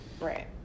Right